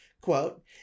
quote